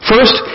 First